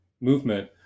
movement